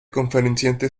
conferenciante